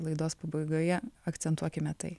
laidos pabaigoje akcentuokime tai